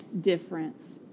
difference